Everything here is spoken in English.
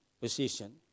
position